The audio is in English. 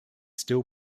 still